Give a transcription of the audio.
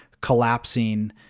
collapsing